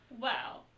Wow